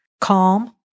calm